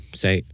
say